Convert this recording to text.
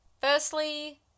Firstly